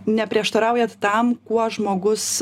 neprieštaraujat tam kuo žmogus